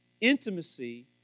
intimacy